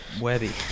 Webby